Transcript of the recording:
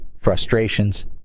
frustrations